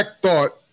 Thought